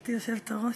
גברתי היושבת-ראש,